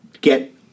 get